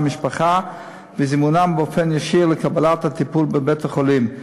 ומשפחה וזימונם באופן ישיר לקבלת הטיפול בבית-החולים.